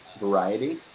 variety